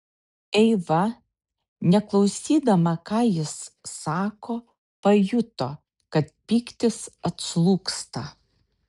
eiva neklausydama ką jis sako pajuto kad pyktis atslūgsta